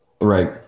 Right